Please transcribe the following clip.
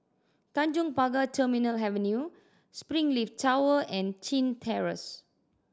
Tanjong Pagar Terminal Avenue Springleaf Tower and Chin Terrace